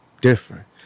different